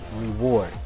reward